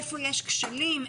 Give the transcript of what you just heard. היכן יש כשלים,